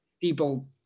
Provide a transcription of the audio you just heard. people